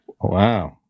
Wow